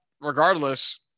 Regardless